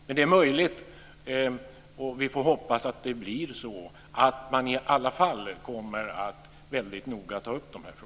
Men det är möjligt att man i alla fall väldigt noga kommer att ta upp dessa frågor. Vi får hoppas att det blir så.